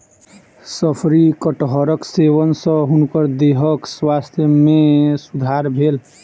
शफरी कटहरक सेवन सॅ हुनकर देहक स्वास्थ्य में सुधार भेल